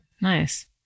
Nice